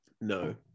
No